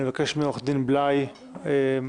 אני מבקש מעורך הדין בליי לפרט.